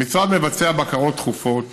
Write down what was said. המשרד מבצע בקרות תכופות